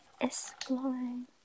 Exploring